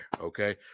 okay